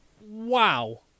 wow